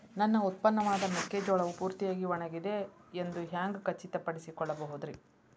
ನನ್ನ ಉತ್ಪನ್ನವಾದ ಮೆಕ್ಕೆಜೋಳವು ಪೂರ್ತಿಯಾಗಿ ಒಣಗಿದೆ ಎಂದು ಹ್ಯಾಂಗ ಖಚಿತ ಪಡಿಸಿಕೊಳ್ಳಬಹುದರೇ?